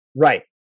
Right